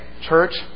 Church